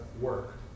work